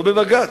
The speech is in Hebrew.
לא בבג"ץ,